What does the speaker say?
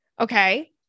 Okay